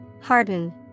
Harden